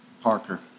Parker